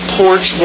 porch